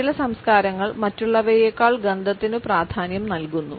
ചില സംസ്കാരങ്ങൾ മറ്റുള്ളവയേക്കാൾ ഗന്ധത്തിനു പ്രാധാന്യം നൽകുന്നു